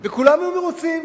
וכולם יהיו מרוצים.